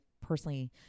personally